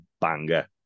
banger